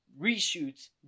reshoots